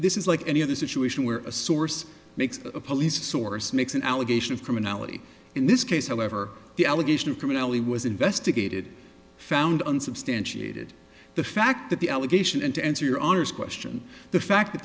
this is like any other situation where a source makes a police source makes an allegation of criminality in this case however the allegation criminally was investigated found unsubstantiated the fact that the allegation and to answer your honor's question the fact that